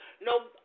no